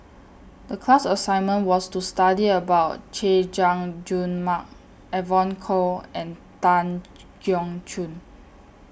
The class assignment was to study about Chay Jung Jun Mark Evon Kow and Tan Keong Choon